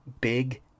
Big